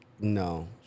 no